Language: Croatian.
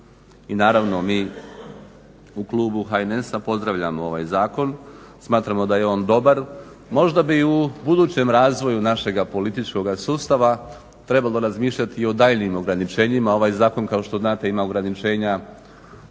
I naravno mi u klubu HNS-a pozdravljamo ovaj zakon, smatramo da je on dobar. Možda bi u budućem razvoju našega političkoga sustava trebalo razmišljati o daljnjim ograničenjima. Ovaj zakon kao što znate ima ograničenja